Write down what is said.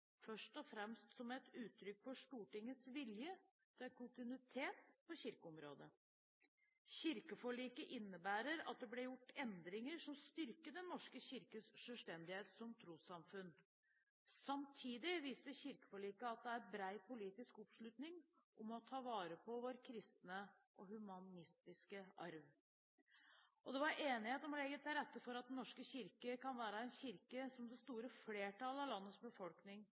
først og fremst som et uttrykk for Stortingets vilje til kontinuitet på kirkeområdet. Kirkeforliket innebærer at det ble gjort endringer som styrket Den norske kirkes selvstendighet som trossamfunn. Samtidig viste kirkeforliket at det er bred politiske oppslutning om å ta vare på «vor kristne og humanistiske Arv». Og det var enighet om å legge til rette for at Den norske kirke kan være en kirke som det store flertallet av landets befolkning